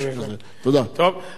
אני מודה לך, אדוני.